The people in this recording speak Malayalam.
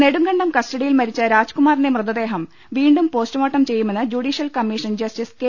നെടുങ്കണ്ടം കസ്റ്റഡിയിൽ മരിച്ച രാജ്കുമാറിന്റെ മൃതദേഹം വീണ്ടും പോസ്റ്റ്മോർട്ടം ചെയ്യുമെന്ന് ജുഡീഷ്യൽ കമ്മീഷൻ ജസ്റ്റിസ് കെ